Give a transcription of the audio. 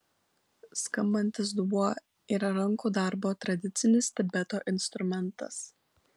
skambantis dubuo yra rankų darbo tradicinis tibeto instrumentas